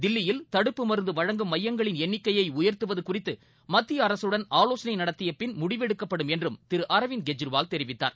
தில்லியில் தடுப்பு மருந்துவழங்கும் மையங்களின் எண்ணிக்கையைஉயர்த்துவதுகுறித்துமத்தியஅரசுடன் ஆலோசனைநடத்தியபின் முடிவெடுக்கப்படும் என்றும் திருஅரவிந்த் கெஜ்ரிவால் தெரிவித்தார்